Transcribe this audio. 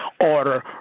order